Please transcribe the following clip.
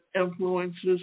influences